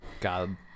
god